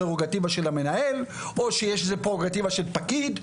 פררוגטיבה של המנהל או שיש איזה פררוגטיבה של פקיד.